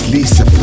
Lisa